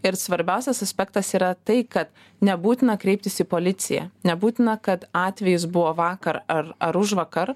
ir svarbiausias aspektas yra taiką nebūtina kreiptis į policiją nebūtina kad atvejis buvo vakar ar ar užvakar